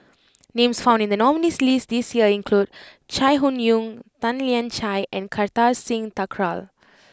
names found in the nominees' list this year include Chai Hon Yoong Tan Lian Chye and Kartar Singh Thakral